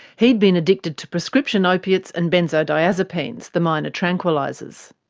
he'd been addicted to prescription opiates and benzodiazepines, the minor tranquilizers.